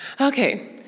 Okay